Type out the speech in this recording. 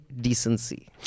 decency